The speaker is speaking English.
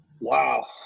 Wow